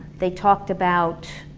they talked about